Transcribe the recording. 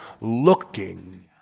looking